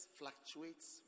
fluctuates